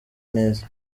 neza